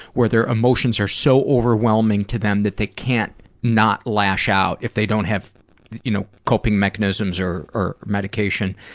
where their emotions are so overwhelming to them, that they can't not lash out, if they don't have you know coping mechanisms or, or medication.